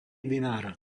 dinár